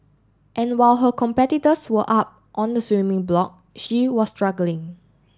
and while her competitors were up on the swimming block she was struggling